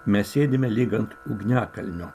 mes sėdime lyg ant ugniakalnio